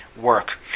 work